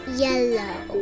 yellow